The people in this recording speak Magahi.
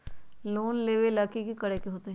लोन लेवेला की करेके होतई?